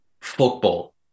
football